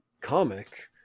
comic